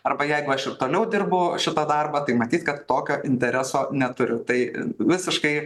arba jeigu aš ir toliau dirbu šitą darbą tai matyt kad tokio intereso neturiu tai visiškai